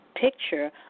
Picture